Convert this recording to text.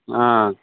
ஆ